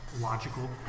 logical